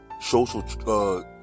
social